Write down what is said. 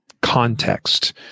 context